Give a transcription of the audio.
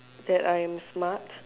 that I am smart